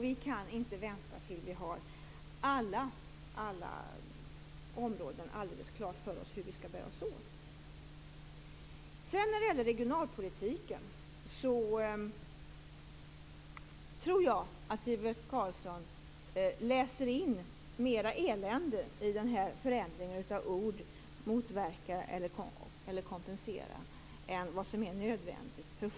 Vi kan inte vänta till dess vi har alldeles klart för oss hur vi skall bära oss åt på alla områden. När det gäller regionalpolitiken tror jag att Sivert Carlsson läser in mer elände i förändringen av valet av orden "motverka" eller "kompensera" än vad som är nödvändigt.